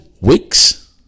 weeks